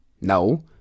No